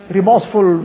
remorseful